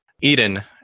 Eden